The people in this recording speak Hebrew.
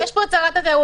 יש פה את שרת התיירות,